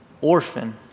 orphan